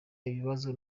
ibibazo